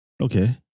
Okay